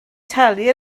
talu